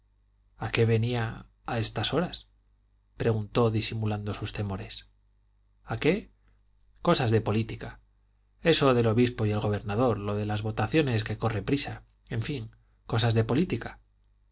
a qué venía a estas horas preguntó disimulando sus temores a qué cosas de política eso del obispo y el gobernador lo de las votaciones que corre prisa en fin cosas de política